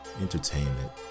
entertainment